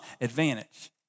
advantage